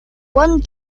one